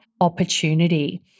opportunity